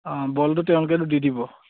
অঁ বলটো তেওঁলোকে দি দিব